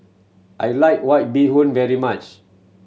I like White Bee Hoon very much